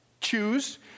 choose